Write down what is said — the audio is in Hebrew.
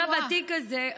שנייה,